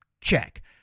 check